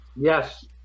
Yes